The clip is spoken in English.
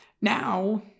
Now